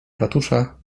ratusza